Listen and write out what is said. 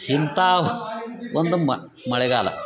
ಇಂಥ ಒಂದು ಮಳೆಗಾಲ